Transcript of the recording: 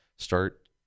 start